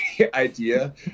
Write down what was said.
idea